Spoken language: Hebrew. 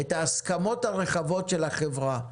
את ההסכמות הרחבות של החברה.